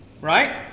right